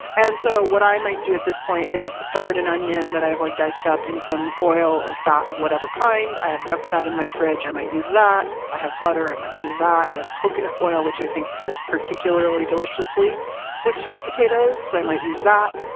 and so what i might do at this point is start an onion that i have like diced up in some oil or fat of whatever kind. i have duck fat in my fridge. i might use that. i have butter, i might use that. i have coconut oil, which i think pairs particularly deliciously with sweet potatoes. so i might use that.